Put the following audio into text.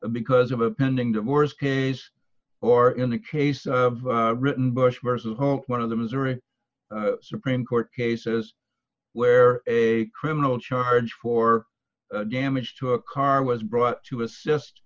because of a pending divorce case or in the case of written bush vs home one of the missouri supreme court cases where a criminal charge for damage to a car was brought to assist